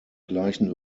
gleichen